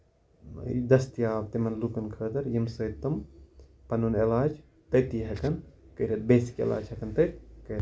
دٔستِیاب تِمن لوٗکن خٲطرٕ ییٚمہِ سۭتۍ تِم پَنُن علاج تٔتی ہیٚکن کٔرِتھ بیسِک علاج ہیٚکن تتہ کٔرِتھ